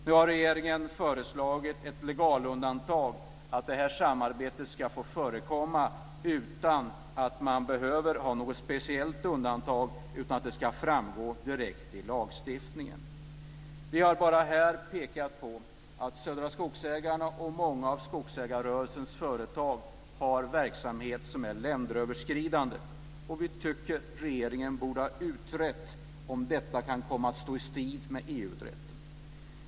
Nu har regeringen föreslagit ett legalundantag, att detta samarbete ska få förekomma utan att man behöver ha något speciellt undantag, utan det ska framgå direkt av lagstiftningen. Vi har bara här pekat på att Södra Skogsägarna och många av skogsägarrörelsens företag har verksamheter som är länderöverskridande. Vi tycker att regeringen borde ha utrett om detta kan komma att stå i strid med EG-rätten.